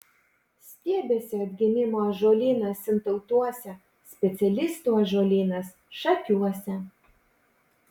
stiebiasi atgimimo ąžuolynas sintautuose specialistų ąžuolynas šakiuose